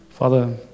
Father